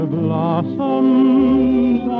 blossoms